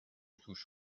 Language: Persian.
توش